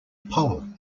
pole